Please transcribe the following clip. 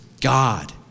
God